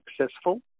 successful